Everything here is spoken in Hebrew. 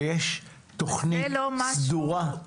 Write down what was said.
ויש תוכנית סדורה?